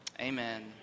Amen